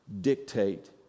dictate